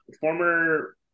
former